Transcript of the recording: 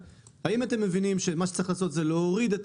האם אתם מבינים שמה שצריך לעשות זה להוריד את